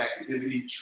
activity